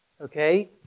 okay